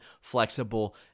flexible